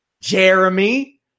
Jeremy